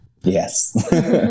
yes